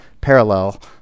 parallel